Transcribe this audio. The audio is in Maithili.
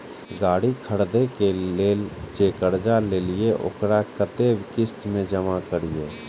गाड़ी खरदे के लेल जे कर्जा लेलिए वकरा कतेक किस्त में जमा करिए?